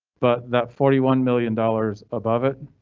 but that forty one million dollars above it,